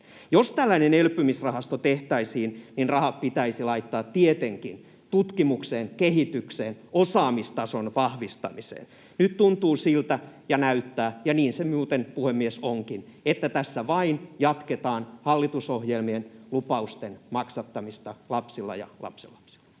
Jos tällainen elpymisrahasto tehtäisiin, niin rahat pitäisi laittaa tietenkin tutkimukseen, kehitykseen, osaamistason vahvistamiseen. Nyt tuntuu siltä ja näyttää — ja niin se, puhemies, muuten onkin — että tässä vain jatketaan hallitusohjelmien lupausten maksattamista lapsilla ja lapsenlapsilla.